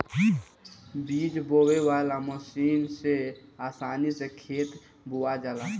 बीज बोवे वाला मशीन से आसानी से खेत बोवा जाला